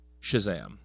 Shazam